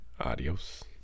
Adios